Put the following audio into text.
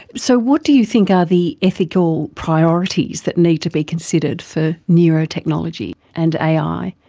so what do you think are the ethical priorities that need to be considered for neuro technology and ai?